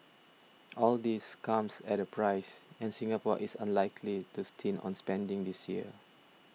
all this comes at a price and Singapore is unlikely to stint on spending this year